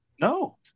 No